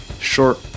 short